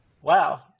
Wow